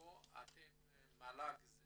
מל"ג זה